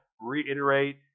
reiterate